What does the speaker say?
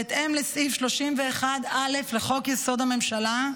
בהתאם לסעיף 31(א) לחוק-יסוד: הממשלה,